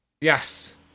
Yes